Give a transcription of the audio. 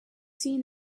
seen